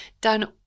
done